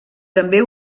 també